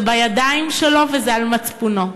זה בידיים שלו, וזה על מצפונו.